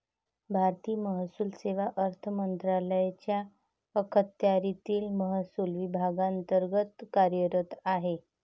भारतीय महसूल सेवा अर्थ मंत्रालयाच्या अखत्यारीतील महसूल विभागांतर्गत कार्यरत आहे